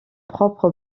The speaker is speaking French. propre